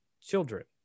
children